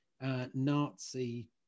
Nazi